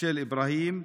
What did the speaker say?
של אברהים.